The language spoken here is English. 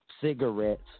Cigarettes